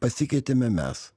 pasikeitėme mes